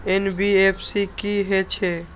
NBFC की हे छे?